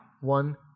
One